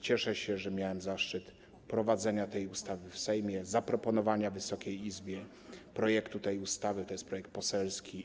Cieszę się, że miałem zaszczyt przeprowadzenia tej ustawy przez Sejm, zaproponowania Wysokiej Izbie projektu tej ustawy, to jest projekt poselski.